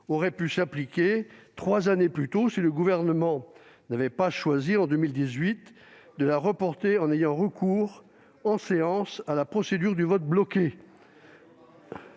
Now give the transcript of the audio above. aurait pu s'appliquer trois ans plus tôt, si le Gouvernement n'avait pas choisi en 2018 de la reporter, en ayant recours en séance à la procédure du vote bloqué,